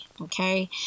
okay